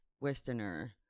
westerner